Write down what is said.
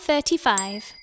Thirty-five